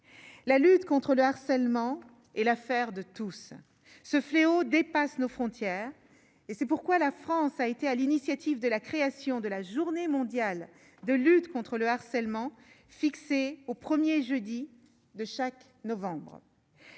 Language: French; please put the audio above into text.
la lutte contre le harcèlement et l'affaire de tous, ce fléau dépasse nos frontières et c'est pourquoi la France a été à l'initiative de la création de la journée mondiale de lutte contre le harcèlement, fixée au 1er jeudi de chaque novembre